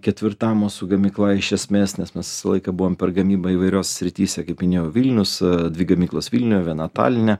ketvirta mūsų gamykla iš esmės nes mes visą laiką buvom per gamybą įvairiose srityse kaip minėjau vilnius dvi gamyklos vilniuje viena taline